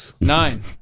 Nine